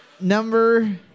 number